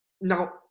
Now